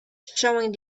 showing